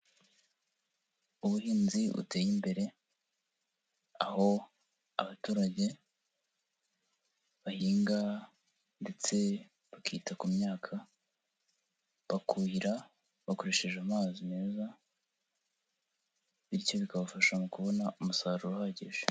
Ubuhinzi buteye imbere, aho abaturage bahinga ndetse bakita ku myaka, bakuhira bakoresheje amazi meza bityo bikabafasha mu kubona umusaruro uhagije.